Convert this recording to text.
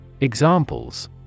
Examples